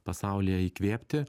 pasaulyje įkvėpti